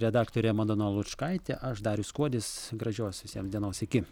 redaktorė madona lučkaitė aš darius kuodis gražios visiems dienos iki